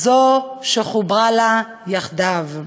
זו שחוברה לה יחדיו.